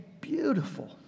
beautiful